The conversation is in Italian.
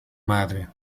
madre